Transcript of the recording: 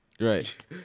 right